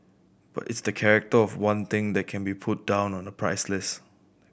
but it's the character of one thing that can't be put down on a price list